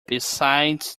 besides